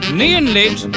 neon-lit